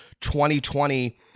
2020